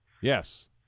Yes